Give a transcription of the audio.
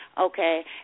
okay